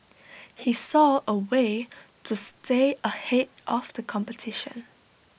he saw A way to stay ahead of the competition